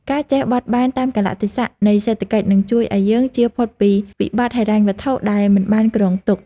ការចេះបត់បែនតាមកាលៈទេសៈនៃសេដ្ឋកិច្ចនឹងជួយឱ្យយើងជៀសផុតពីវិបត្តិហិរញ្ញវត្ថុដែលមិនបានគ្រោងទុក។